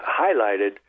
highlighted